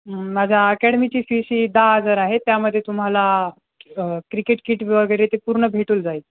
माझ्या आकॅडमीची फीशी दहा हजार आहे त्यामध्ये तुम्हाला क्रिकेट किट वगैरे ते पूर्ण भेटून जाईल